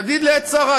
ידיד לעת צרה.